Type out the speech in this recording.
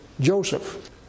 joseph